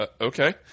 okay